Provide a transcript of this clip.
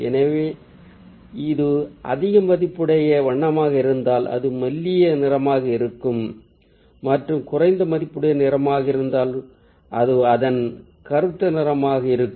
எனவே இது அதிக மதிப்புடைய வண்ணமாக இருந்தால் அது மெல்லிய நிறமாக இருக்கும் மற்றும் குறைந்த மதிப்புடைய நிறமாக இருந்தால் அது அதன் கருத்த நிறமாக இருக்கும்